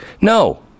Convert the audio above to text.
No